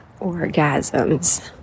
orgasms